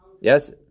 Yes